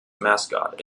mascot